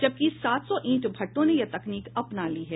जबकि सात सौ ईंट भट़ठों ने यह तकनीक अपना ली है